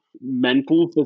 mental